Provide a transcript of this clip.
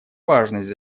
важность